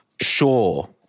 sure